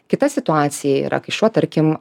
kita situacija yra kai šuo tarkim